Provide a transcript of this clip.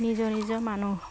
নিজৰ নিজৰ মানুহ